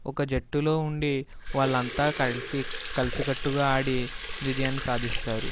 ఒక జట్టులో ఉండి వాళ్ళంతా కలిసి కలిసి కట్టుగా ఆడి విజయాన్ని సాధిస్తారు